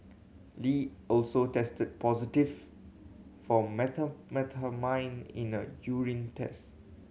Lee also tested positive for methamphetamine in a urine test